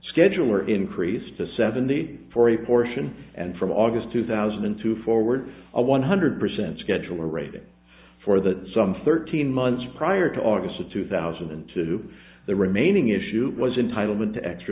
scheduler increased to seventy four a portion and from august two thousand and two forward a one hundred percent schedular ratings for the some thirteen months prior to august of two thousand and two the remaining issue was entitled into extra